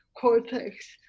cortex